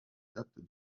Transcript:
date